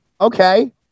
Okay